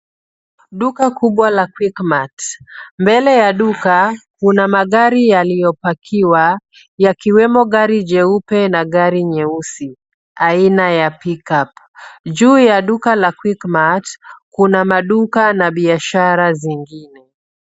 Duka kubwa la Quickmart. Mbele ya duka kuna magari yaliyopakiwa yakiwemo gari jeupe na gari nyeusi aina ya pickup . Juu ya duka la Quickmart, kuna maduka na biashara zingine.